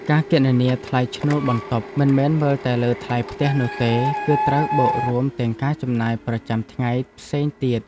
ការគណនាថ្លៃឈ្នួលបន្ទប់មិនមែនមើលតែលើថ្លៃផ្ទះនោះទេ គឺត្រូវបូករួមទាំងការចំណាយប្រចាំថ្ងៃផ្សេងទៀត។